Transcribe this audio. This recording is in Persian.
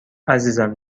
عزیزم